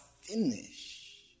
finish